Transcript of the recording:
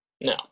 No